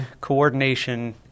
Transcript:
coordination